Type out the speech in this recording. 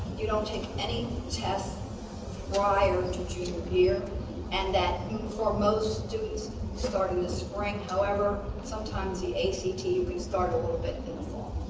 you don't take any test prior to junior year and that for most students start in the spring however sometimes the act will start a little bit and and the fall.